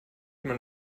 man